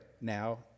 now